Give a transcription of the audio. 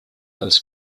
als